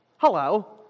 hello